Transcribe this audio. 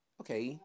okay